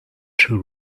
true